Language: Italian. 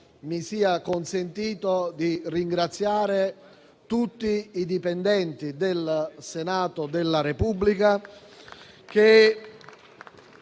Mi sia consentito di ringraziare tutti i dipendenti del Senato della Repubblica